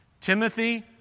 Timothy